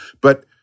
But-